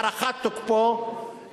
הארכת תוקפו,